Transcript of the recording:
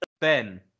Ben